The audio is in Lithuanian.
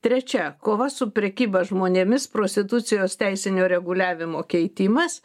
trečia kova su prekyba žmonėmis prostitucijos teisinio reguliavimo keitimas